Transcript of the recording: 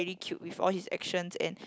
really cute with all his actions and